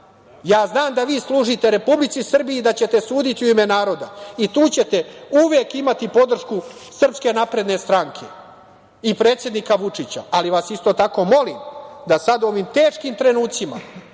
Znam da vi služite Republici Srbiji i da ćete suditi u ime naroda. Tu ćete uvek imati podršku SNS i predsednika Vučića, ali vas isto tako molim da sada u ovim teškim trenucima,